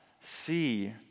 see